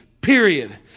period